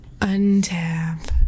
Untap